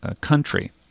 country